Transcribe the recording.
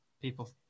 people